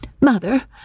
Mother